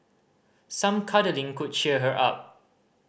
some cuddling could cheer her up